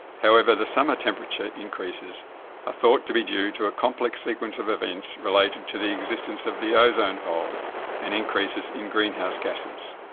however, the summer temperature increases are ah thought to be due to a complex sequence of events related to the existence of the ozone hole and increases in greenhouse gases.